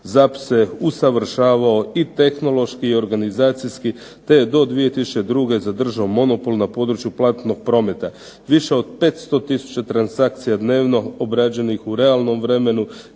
Zapise usavršavao i tehnološki i organizacijski, te je do 2002. zadržao monopol na području platnog prometa. Više od 500000 transakcija dnevno obrađenih u realnom vremenu,